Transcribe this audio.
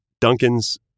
Duncan's